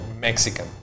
Mexican